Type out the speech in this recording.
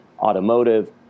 automotive